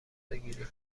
بگیرید